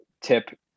tip